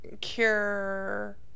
cure